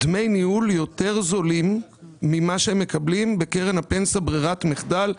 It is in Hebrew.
דמי ניהול יותר זולים ממה שהם מקבלים בקרן הפנסיה ברירת מחדל,